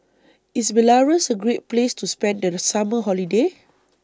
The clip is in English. IS Belarus A Great Place to spend The Summer Holiday